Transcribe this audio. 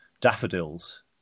Daffodils